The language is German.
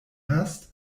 hast